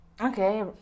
Okay